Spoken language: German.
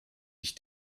ich